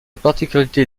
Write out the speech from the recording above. particularité